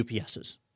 UPS's